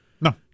No